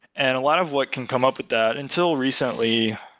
and a lot of what can come up with that, until recently,